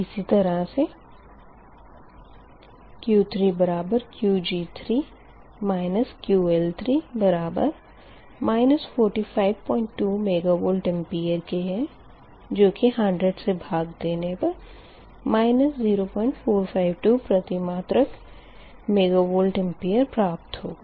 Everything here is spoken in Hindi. इसी तरह से Q3Qg3 QL3बराबर है 452 मेगावार के जो कि 100 से भाग देने पर 0452 प्रतिमात्रक मेगवार प्राप्त होगा